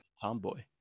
tomboy